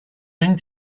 going